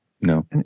no